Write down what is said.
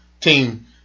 team